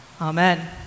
Amen